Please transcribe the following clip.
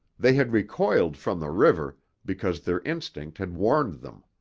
they had recoiled from the river, because their instinct had warned them.